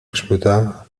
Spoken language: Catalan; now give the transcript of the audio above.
explotar